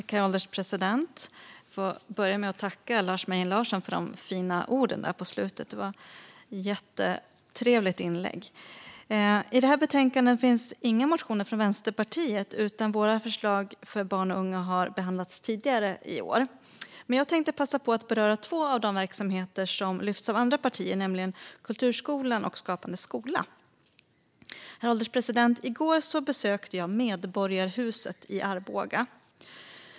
Herr ålderspresident! Låt mig börja med att tacka Lars Mejern Larsson för de fina orden på slutet. Det var ett jättetrevligt inlägg. I det här betänkandet behandlas inga motioner från Vänsterpartiet, utan våra förslag för barn och unga har behandlats tidigare i år. Men jag tänkte passa på att beröra två av de verksamheter som lyfts av andra partier, nämligen kulturskolan och Skapande skola. Herr ålderspresident! I går besökte jag medborgarhuset i Arboga.